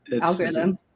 algorithm